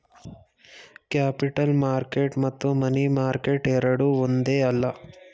capital market ಮತ್ತು money market ಎರಡೂ ಒಂದೇ ಅಲ್ಲ